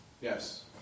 yes